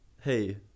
hey